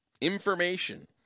information